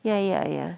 ya ya ya